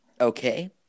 Okay